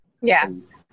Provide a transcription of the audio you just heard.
Yes